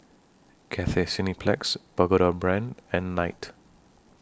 Cathay Cineplex Pagoda Brand and Knight